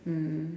mm